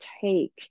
take